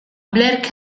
blair